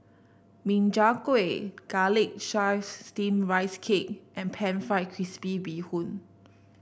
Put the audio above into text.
Min Chiang Kueh Garlic Chives Steamed Rice Cake and pan fried crispy Bee Hoon